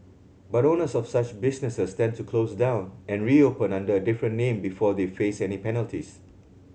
but owners of such businesses tend to close down and reopen under a different name before they face any penalties